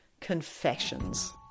confessions